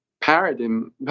paradigm